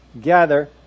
gather